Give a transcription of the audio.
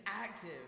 active